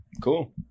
Cool